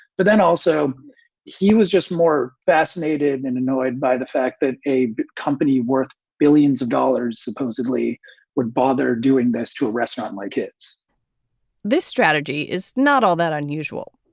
but then also he was just more fascinated and annoyed by the fact that a company worth billions of dollars supposedly would bother doing this to a restaurant. my kids this strategy is not all that unusual.